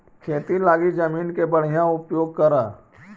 खेती लगी जमीन के बढ़ियां उपयोग करऽ